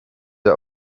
are